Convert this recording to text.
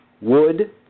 wood